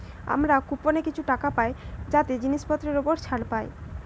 আমরা কুপনে কিছু টাকা পাই যাতে জিনিসের উপর ছাড় পাই